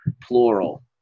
plural